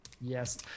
Yes